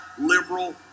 liberal